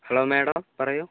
hello madam പറയൂ